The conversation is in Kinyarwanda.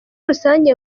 rusange